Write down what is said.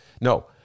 no